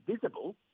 visible